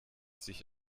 sich